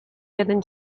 jeden